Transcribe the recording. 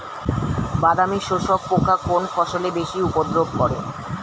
বাদামি শোষক পোকা কোন ফসলে বেশি উপদ্রব করে?